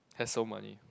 hassle money